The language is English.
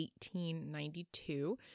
1892